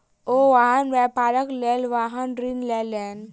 ओ वाहन व्यापारक लेल वाहन ऋण लेलैन